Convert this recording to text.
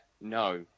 No